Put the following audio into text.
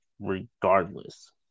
regardless